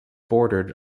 bordered